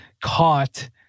caught